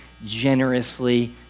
generously